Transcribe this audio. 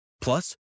Plus